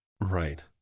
Right